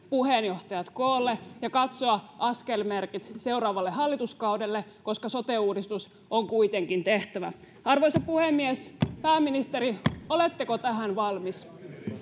puheenjohtajat koolle ja katsoa askelmerkit seuraavalle hallituskaudelle koska sote uudistus on kuitenkin tehtävä arvoisa puhemies pääministeri oletteko tähän valmis